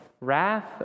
wrath